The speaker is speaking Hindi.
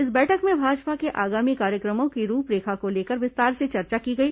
इस बैठक में भाजपा के आगामी कार्यक्रमों की रूपरेखा को लेकर विस्तार से चर्चा की गई